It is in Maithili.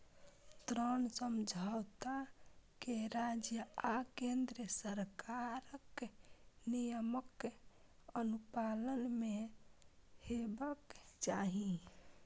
ऋण समझौता कें राज्य आ केंद्र सरकारक नियमक अनुपालन मे हेबाक चाही